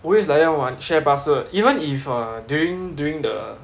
always like that one what share password even if uh during during the